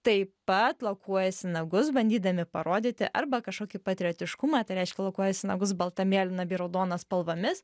taip pat lakuojasi nagus bandydami parodyti arba kažkokį patriotiškumą tai reiškia lakuojasi nagus balta mėlyna bei raudona spalvomis